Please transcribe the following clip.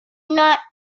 not